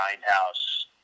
House